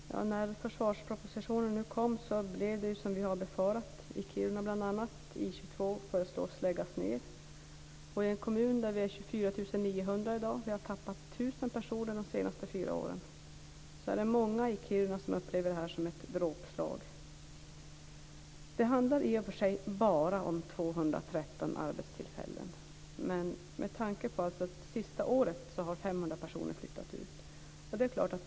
Fru talman! När försvarspropositionen lades fram blev det som vi befarat i Kiruna, nämligen att I 22 föreslås läggas ned. Det är en kommun med i dag 24 900 invånare. Vi har tappat tusen personer de senaste fyra åren. Det är många i Kiruna som upplever detta som ett dråpslag. Det handlar i och för sig bara om 213 arbetstillfällen. Men det senaste året har 500 personer flyttat ut.